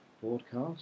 Broadcast